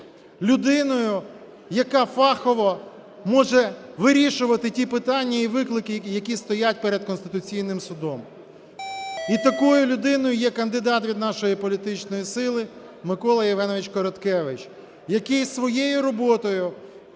людиною, яка фахово може вирішувати ті питання і виклики, які стоять перед Конституційним Судом. І такою людиною є кандидат від нашої політичної сили Микола Євгенович Короткевич, який своєю роботою